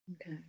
Okay